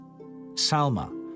Salma